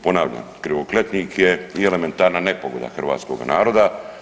Ponavljam krivokletnik je i elementarna nepogoda hrvatskoga naroda.